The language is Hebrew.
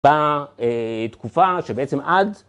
בתקופה שבעצם עד